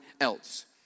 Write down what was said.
else